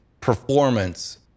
performance